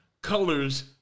Colors